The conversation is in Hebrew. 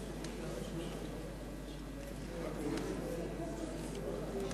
נפסקה בשעה 17:50 ונתחדשה